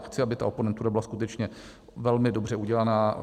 Chci, aby ta oponentura byla skutečně velmi dobře udělaná.